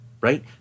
Right